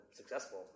successful